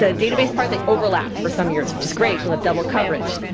ah database part, they overlap for some years which is great, we'll have double coverage.